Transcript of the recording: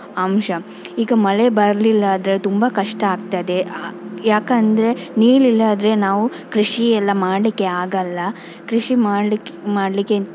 ಅಂಶ ಈಗ ಮಳೆ ಬರಲಿಲ್ಲ ಆದರೆ ತುಂಬ ಕಷ್ಟ ಆಗ್ತದೆ ಯಾಕೆಂದರೆ ನೀರಿಲ್ಲಾದರೆ ನಾವು ಕೃಷಿ ಎಲ್ಲ ಮಾಡಲಿಕ್ಕೆ ಆಗಲ್ಲ ಕೃಷಿ ಮಾಡ್ಲಿಕ ಮಾಡಲಿಕ್ಕೆ